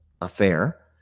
affair